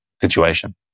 situation